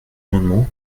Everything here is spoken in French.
amendement